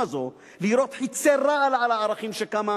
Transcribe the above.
הזו לירות חצי רעל על הערכים שקמה